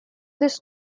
this